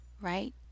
right